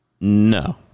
no